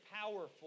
powerful